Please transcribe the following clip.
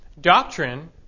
Doctrine